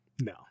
No